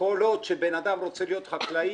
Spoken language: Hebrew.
כל עוד שבן אדם רוצה להיות חקלאי,